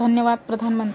धन्यवाद प्रधानमंत्री